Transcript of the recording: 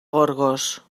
gorgos